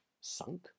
sunk